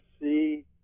see